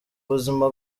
buzima